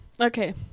Okay